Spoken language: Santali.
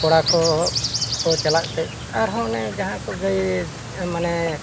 ᱠᱚᱲᱟ ᱠᱚ ᱪᱟᱞᱟᱜᱛᱮ ᱟᱨ ᱦᱚᱸ ᱢᱟᱱᱮ ᱡᱟᱦᱟᱸ ᱠᱚ ᱜᱟᱭᱮᱱ ᱢᱟᱱᱮ